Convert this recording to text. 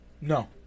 No